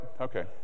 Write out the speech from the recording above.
Okay